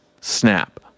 snap